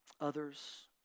others